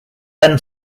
ben